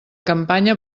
campanya